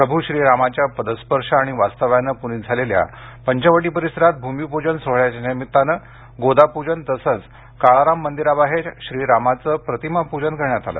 प्रभू श्रीरामाच्या पदस्पर्श आणि वास्तव्याने पुनित झालेल्या पंचवटी परिसरात भूमीपूजन सोहळ्याच्या निमित्ताने गोदापूजन तसेसं काळाराम मंदिराबाहेर श्रीरामाचे प्रतिमापूजन करण्यात आलं